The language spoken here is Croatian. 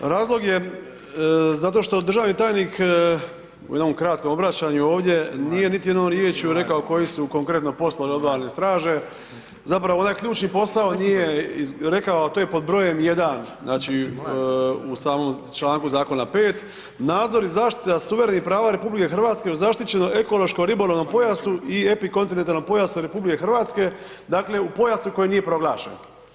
Razlog je zato što državni tajnik u jednom kratkom obraćanju ovdje nije niti jednom riječju rekao koji su konkretno poslovi obalne straže, zapravo ključni posao nije rekao, a to je pod brojem jedan u samom članku 5. zakona, „nadzor i zaštita suverenih prava RH u zaštićenom ekološko-ribolovnom pojasu i epikontinentalnom pojasu RH“, dakle u pojasu koji nije proglašen.